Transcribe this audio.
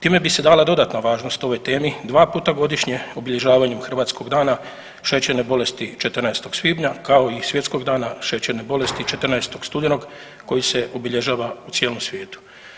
Time bi se dala dodatna važnost ovoj temi dva puta godišnje obilježavanju Hrvatskog dana šećerne bolesti 14. svibnja, kao i Svjetskog dana šećerne bolesti 14. studenog koji se obilježava u cijelom svijetu.